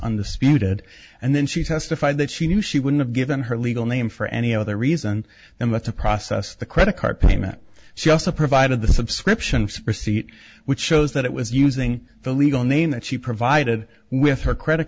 speedo and then she testified that she knew she wouldn't have given her legal name for any other reason than not to process the credit card payment she also provided the subscription for seat which shows that it was using the legal name that she provided with her credit